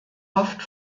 oft